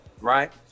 right